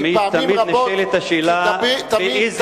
תמיד נשאלת השאלה באיזה מחיר.